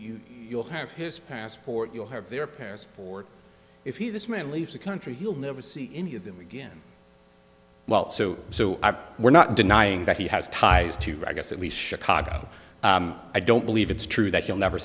you you'll have his passport you'll have their parents or if he this man leaves the country he'll never see any of them again well so so we're not denying that he has ties to guess at least chicago i don't believe it's true that he'll never